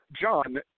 John